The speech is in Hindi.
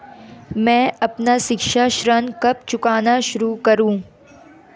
मैं अपना शिक्षा ऋण कब चुकाना शुरू करूँ?